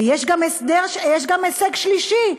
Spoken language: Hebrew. ויש גם הישג שלישי.